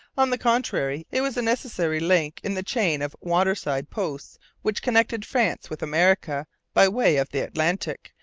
on the contrary, it was a necessary link in the chain of waterside posts which connected france with america by way of the atlantic,